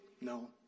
No